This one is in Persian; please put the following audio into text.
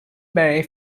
برای